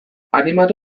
animatu